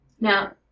Now